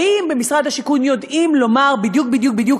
האם במשרד השיכון יודעים לומר בדיוק בדיוק בדיוק